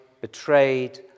betrayed